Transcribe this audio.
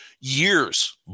years